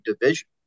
division